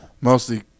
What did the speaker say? mostly